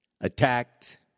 attacked